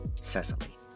Cecily